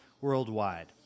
worldwide